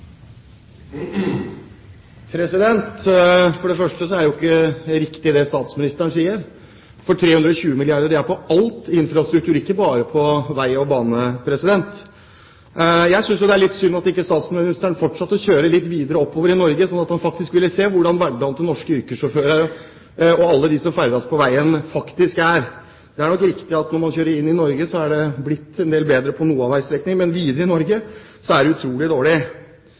For det første er det jo ikke riktig det statsministeren sier, for 322 milliarder kr gjelder alt i infrastruktur, ikke bare vei og bane. Jeg synes jo det er litt synd at statsministeren ikke fortsatte å kjøre litt videre oppover i Norge, sånn at han fikk se hvordan hverdagen til norske yrkessjåfører og alle dem som ferdes på veien, faktisk er. Det er nok riktig at når man kjører inn i Norge, er det blitt en del bedre på noen av veistrekningene, men videre inn i Norge er det utrolig dårlig.